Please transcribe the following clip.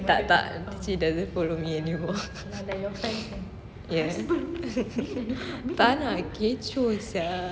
tak tak she doesn't follow me anymore yeah tak nak kecoh sia